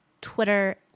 Twitter